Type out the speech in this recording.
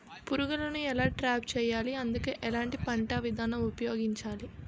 పురుగులను ఎలా ట్రాప్ చేయాలి? అందుకు ఎలాంటి పంట విధానం ఉపయోగించాలీ?